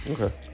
Okay